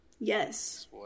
yes